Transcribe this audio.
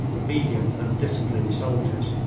obedient and disciplined soldiers.